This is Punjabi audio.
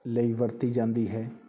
ਲਈ ਵਰਤੀ ਜਾਂਦੀ ਹੈ